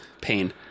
pain